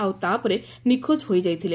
ଆଉ ତା' ପରେ ନିଖୋକ ହୋଇଯାଇଥିଲେ